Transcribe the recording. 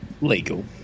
legal